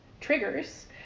triggers